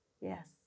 Yes